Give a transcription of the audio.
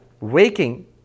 waking